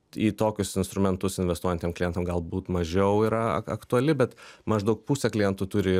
į tokius instrumentus investuojantiem klientam galbūt mažiau yra aktuali bet maždaug pusė klientų turi